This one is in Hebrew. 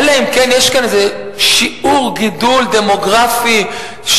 אלא אם כן יש כאן איזה שיעור גידול דמוגרפי שאפילו